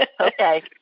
Okay